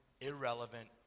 irrelevant